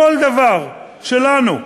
כל דבר שלנו,